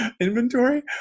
Inventory